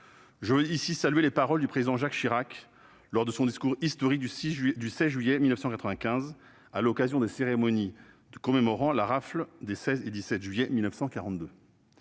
Je veux ici saluer les paroles prononcées par le président Jacques Chirac lors de son discours historique du 16 juillet 1995, à l'occasion des cérémonies commémorant la rafle des 16 et 17 juillet 1942.